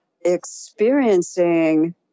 experiencing